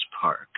Park